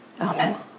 Amen